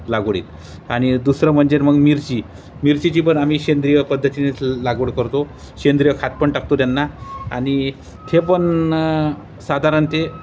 लागवडीत आणि दुसरं म्हणजे मग मिरची मिरचीची पण आम्ही सेंद्रिय पद्धतीनेच लागवड करतो सेंद्रिय खात पण टाकतो त्यांना आणि ते पण साधारण ते